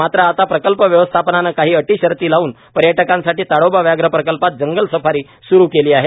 मात्र आता प्रकल्प व्यवस्थापनाने काही अटी शर्ती लावून पर्यटकांसाठी ताडोबा व्याघ्र प्रकल्पात जंगल सफारी स्रू केली आहेत